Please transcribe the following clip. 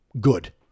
good